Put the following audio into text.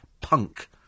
punk